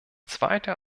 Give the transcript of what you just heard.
zweite